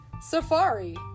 Safari